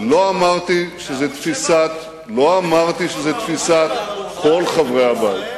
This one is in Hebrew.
לא אמרתי שזו תפיסה של כל חברי הבית.